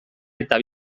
eta